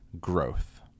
growth